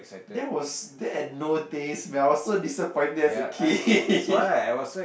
there was that had no taste man I was so disappointed as kid